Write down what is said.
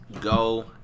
Go